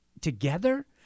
together